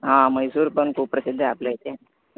हां म्हैसूर पण खूप प्रसिद्ध आहे आपल्या इथे